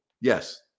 yes